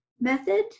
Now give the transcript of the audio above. Method